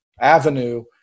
avenue